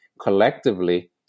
collectively